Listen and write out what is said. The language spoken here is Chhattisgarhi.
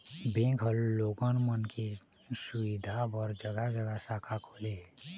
बेंक ह लोगन मन के सुबिधा बर जघा जघा शाखा खोले हे